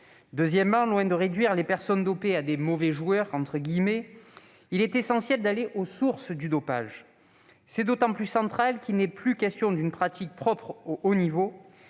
Deuxièmement, loin de réduire les personnes dopées à de « mauvais joueurs », il faut aller aux sources du dopage. C'est d'autant plus essentiel qu'il n'est plus question d'une pratique propre au haut niveau